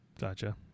Gotcha